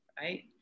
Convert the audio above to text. right